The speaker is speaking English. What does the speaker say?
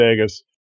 Vegas